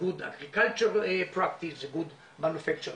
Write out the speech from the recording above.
good agriculture practice ו-good manufacture practice.